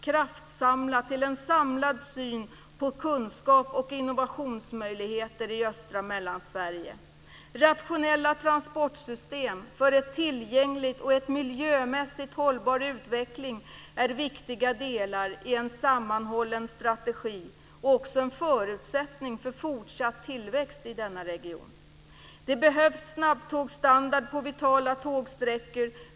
kraftsamla till en samlad syn på kunskaps och innovationsmöjligheterna i östra Mellansverige. Rationella transportsystem för en tillgänglig och miljömässigt hållbar utveckling är viktiga delar i en sammanhållen strategi och även en förutsättning för fortsatt tillväxt i denna region. Det behövs snabbtågsstandard på vitala tågsträckor.